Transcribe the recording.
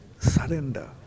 surrender